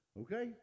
Okay